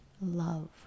love